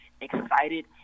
excited